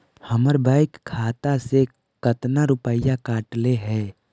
हमरा बैंक खाता से कतना रूपैया कटले है?